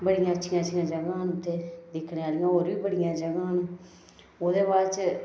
बड़ियां अच्छियां अच्छियां जगह् न उत्थें दिक्खने आह्लियां होर बी बड़ियां जगह् न ओह्दे बाद च